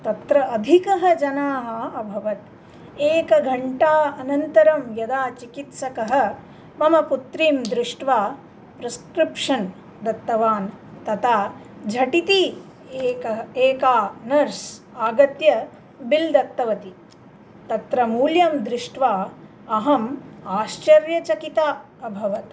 तत्र अधिकाः जनाः अभवत् एकघण्टानन्तरं यदा चिकित्सकः मम पुत्रीं दृष्ट्वा प्रिस्क्रिप्षन् दत्तवान् तदा झटिति एका एका नर्स् आगत्य बिल् दत्तवती तत्र मूल्यं दृष्ट्वा अहम् आश्चर्यचकिता अभवत्